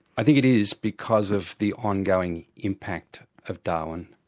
i think it is because of the ongoing impact of darwin.